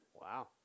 wow